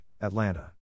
Atlanta